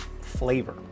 flavor